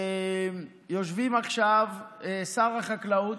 יושבים עכשיו שר החקלאות,